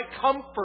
comfort